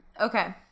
Okay